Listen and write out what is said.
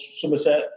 Somerset